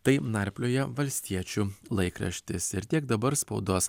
tai narplioja valstiečių laikraštis ir tiek dabar spaudos